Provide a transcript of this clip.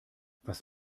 was